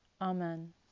Amen